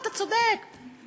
אתה צודק,